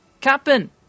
Captain